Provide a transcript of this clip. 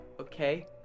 okay